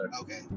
Okay